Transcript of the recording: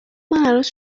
عروس